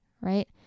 right